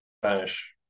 Spanish